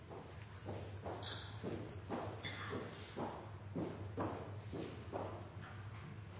to